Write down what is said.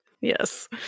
Yes